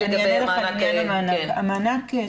בגלל המגבלות הממשלתיות,